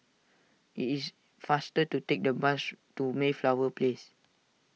it is faster to take the bus to Mayflower Place